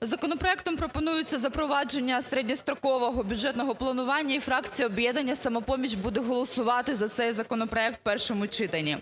Законопроектом пропонується запровадження середньострокового бюджетного планування, і фракція "Об'єднання "Самопоміч" буде голосувати за цей законопроект в першому читанні.